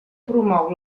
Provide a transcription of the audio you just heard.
promou